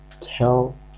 tell